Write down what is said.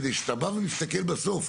כדי שאתה בא ומסתכל בסוף,